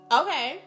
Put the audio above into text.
okay